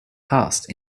past